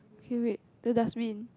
okay wait the dustbin